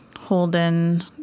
holden